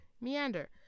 Meander